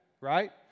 Right